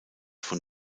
von